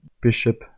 bishop